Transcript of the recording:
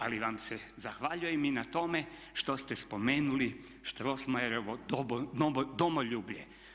Ali vam se zahvaljujem i na tome što ste spomenuli Strossmayerovo domoljublje.